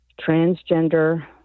transgender